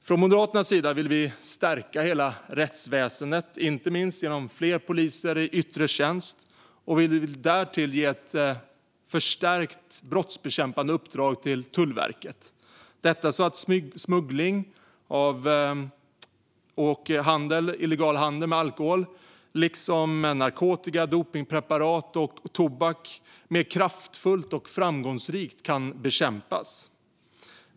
Från Moderaternas sida vill vi stärka hela rättsväsendet, inte minst genom fler poliser i yttre tjänst. Vi vill därtill ge ett förstärkt brottsbekämpande uppdrag till Tullverket så att smuggling och illegal handel med alkohol, liksom med narkotika, dopningspreparat och tobak, mer kraftfullt och framgångsrikt kan bekämpas.